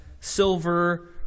silver